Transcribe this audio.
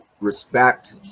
respect